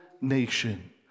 nation